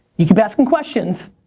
you keep asking questions,